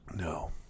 No